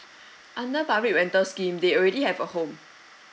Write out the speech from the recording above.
under public rental scheme they already have a home